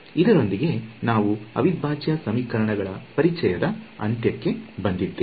ಇದರೊಂದಿಗೆ ನಾವು ಅವಿಭಾಜ್ಯ ಸಮೀಕರಣಗಳ ಪರಿಚಯದ ಅಂತ್ಯಕ್ಕೆ ಬಂದಿದ್ದೇವೆ